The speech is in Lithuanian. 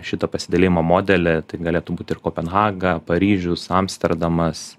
šitą pasidalijimo modelį tai galėtų būt ir kopenhaga paryžius amsterdamas